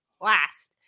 last